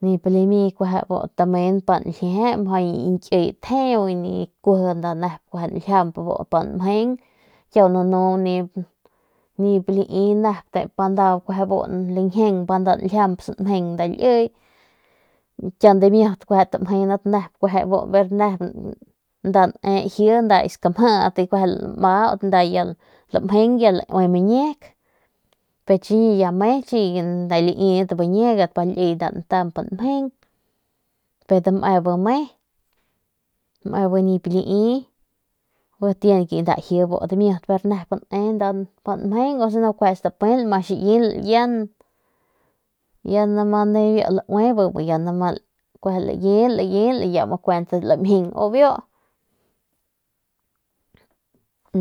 Lami tamen pa nljiee y mja ki kiy tjeu pa nljiamp samjeng nda liy y kiau kueje tamjenat dimiut nep kueje nda ne ji nda ki skamjit laue ya nda lamaut y ya y dame bi me bi nip lai bi tiene ke ne dimiut nep u si no kueje stapeul ma xiguiul ya ya mu nibiu laue ya mu kueje labiul ya mu kuent lamjin u biu